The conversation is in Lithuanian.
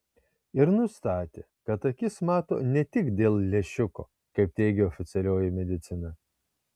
ir nustatė kad akis mato ne tik dėl lęšiuko kaip teigia oficialioji medicina